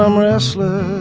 um wrestler.